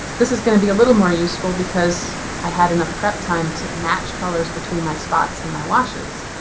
this is going to be a little more useful because i had enough prep time to match colors between my spots and my washes.